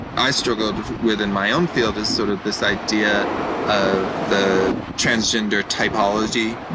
i struggled with in my own field is sort of this idea of the transgender typology,